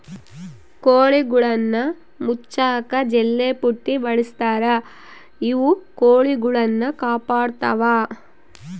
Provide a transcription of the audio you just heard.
ಕೋಳಿಗುಳ್ನ ಮುಚ್ಚಕ ಜಲ್ಲೆಪುಟ್ಟಿ ಬಳಸ್ತಾರ ಇವು ಕೊಳಿಗುಳ್ನ ಕಾಪಾಡತ್ವ